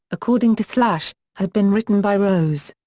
according to slash, had been written by rose.